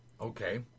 okay